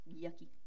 yucky